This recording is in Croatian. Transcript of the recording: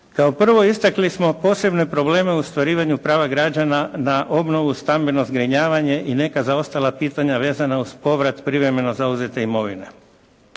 Kao prvo istakli smo posebne probleme u ostvarivanju prava građana na obnovu stambenog zbrinjavanje i neka zaostala pitanja vezana uz povrat privremeno zauzete imovine.